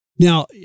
Now